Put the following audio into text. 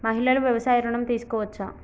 మహిళలు వ్యవసాయ ఋణం తీసుకోవచ్చా?